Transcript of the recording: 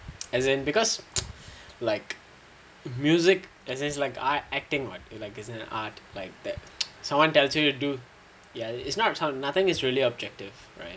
as in because like music as its like acting [what] like is an art like that someone tells you do ya it's not nothing is really objective right